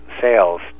sales